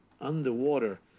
underwater